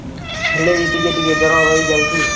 ହୁଁ ଭଲ ବି ଟିକେ ଟିକେ ଜ୍ୱର ରହିଯାଉଛି